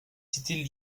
cités